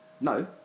No